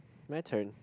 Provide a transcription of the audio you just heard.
my turn